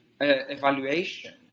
evaluation